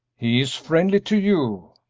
he is friendly to you,